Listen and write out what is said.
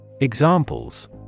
Examples